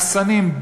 מחסנים,